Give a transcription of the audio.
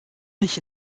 nicht